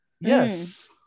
Yes